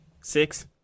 Six